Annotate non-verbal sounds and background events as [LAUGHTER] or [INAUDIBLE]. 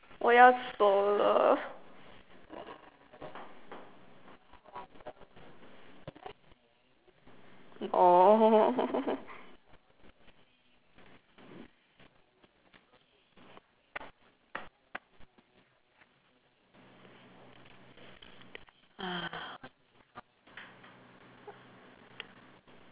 我要走了 [LAUGHS]